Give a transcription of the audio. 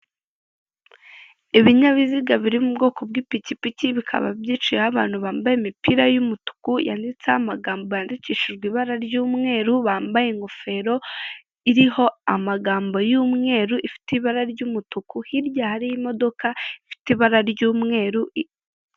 Ibinyabiziga biri mu bwoko bw'ipikipiki, bikaba byicayeho abantu bambaye imipira y'umutuku yanditseho amagambo yandikishijwe ibara ry'umweru, bambaye ingofero iriho amagambo y'umweru ifite ibara ry'umutuku, hirya hari y'imodoka ifite ibara ry'umweru.